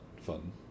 fun